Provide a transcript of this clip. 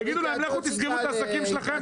תגידו להם: לכו תסגרו את העסקים שלכם,